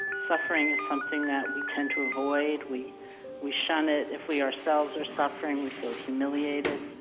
suffering is something that we tend to avoid, we we shun it. if we ourselves are suffering, we feel humiliated.